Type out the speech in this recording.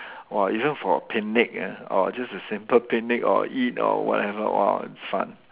!wah! even for a picnic ah or just a simple picnic or eat or whatever !whoa! it's fun